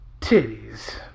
titties